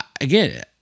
again